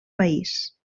país